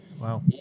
Wow